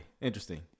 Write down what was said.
interesting